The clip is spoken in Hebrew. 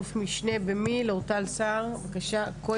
אלוף משנה במיל' אורטל סהר בבקשה.